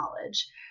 knowledge